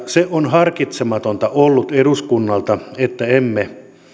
se on harkitsematonta ollut eduskunnalta että emme